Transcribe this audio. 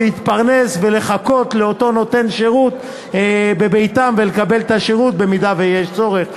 להתפרנס ולחכות לאותו נותן שירות בביתם ולקבל את השירות במידה שיש צורך.